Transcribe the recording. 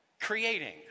creating